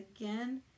again